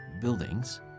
buildings